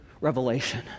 revelation